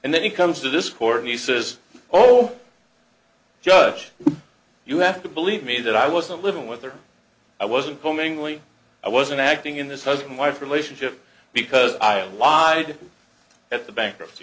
and then he comes to this court and he says oh judge you have to believe me that i wasn't living with her i wasn't commingling i wasn't acting in this husband wife relationship because i lied at the bankruptcy